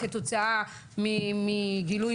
אחר כך,